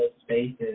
spaces